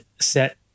set